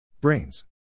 Brains